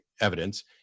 evidence